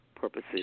purposes